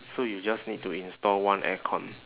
so you just need to install one aircon